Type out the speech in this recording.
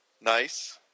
Nice